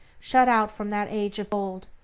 shut out from that age of gold,